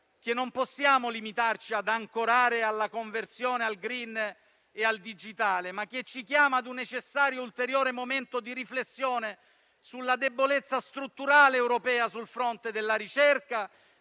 che non possiamo limitarci ad ancorare alla conversione al *green* e al digitale, ma che ci chiama a un necessario ulteriore momento di riflessione sulla debolezza strutturale europea sul fronte della ricerca,